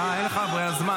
אין לך זמן,